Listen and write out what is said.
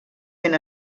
ben